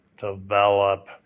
develop